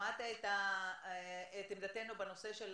שמעת את עמדתנו בנושא של